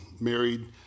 married